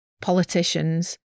politicians